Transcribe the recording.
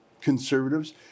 conservatives